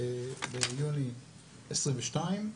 ביוני 2022,